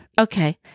Okay